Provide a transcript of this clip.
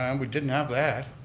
um we didn't have that.